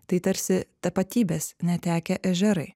tai tarsi tapatybės netekę ežerai